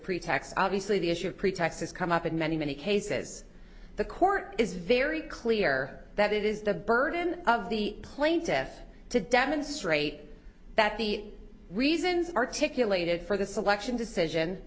pretexts obviously the issue of pretexts has come up in many many cases the court is very clear that it is the burden of the plaintiff to demonstrate that the reasons articulated for the selection decision